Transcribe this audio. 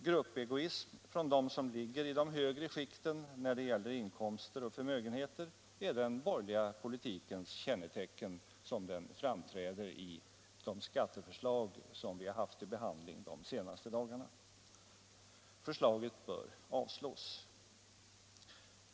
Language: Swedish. Gruppegoism från dem som ligger i de högre skikten när det gäller inkomster och förmögenheter är den borgerliga politikens kännetecken som den framträder i de skatteförslag som vi har haft till behandling de senaste dagarna. Förslaget bör avslås.